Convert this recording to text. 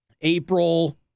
April